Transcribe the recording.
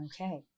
Okay